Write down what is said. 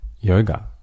yoga